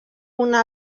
una